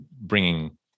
bringing